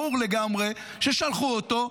ברור לגמרי ששלחו אותו.